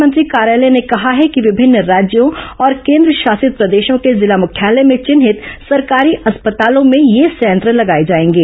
प्रधानमंत्री कार्यालय ने कहा है कि विभिन्न राज्यों और केंद्रशासित प्रदेशों के जिला मुख्यालय में चिन्हित सरकारी अस्पतालों में यह संयंत्र लगाए जाएंगे